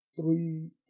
three